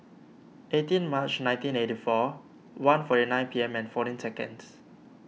eighteen March nineteen eighty four one forty nine P M and fourteen seconds